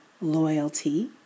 loyalty